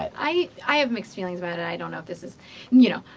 i i have mixed feelings about it. i don't know, if this is you know,